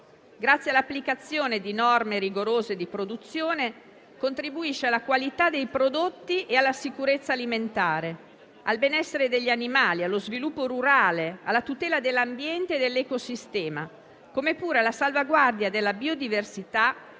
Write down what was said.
Grazie all'applicazione di norme rigorose di produzione, contribuisce alla qualità dei prodotti e alla sicurezza alimentare, al benessere degli animali, allo sviluppo rurale, alla tutela dell'ambiente e dell'ecosistema, come pure alla salvaguardia della biodiversità